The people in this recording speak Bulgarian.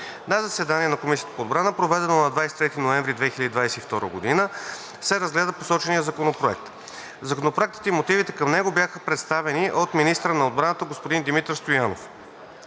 На заседание на Комисията по отбрана, проведено на 23 ноември 2022 г., се разгледа посоченият законопроект. Законопроектът и мотивите към него бяха представени от министъра на отбраната господин Димитър Стоянов,